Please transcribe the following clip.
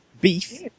beef